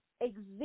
exist